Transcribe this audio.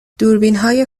دوربینهای